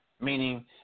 Meaning